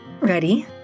Ready